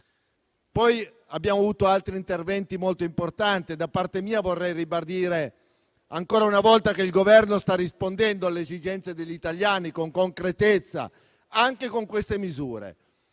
sono stati poi altri interventi molto importanti. Da parte mia vorrei ribadire ancora una volta che il Governo sta rispondendo alle esigenze degli italiani con concretezza, anche con queste misure